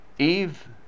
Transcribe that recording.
Eve